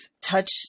touched